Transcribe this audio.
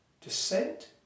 Descent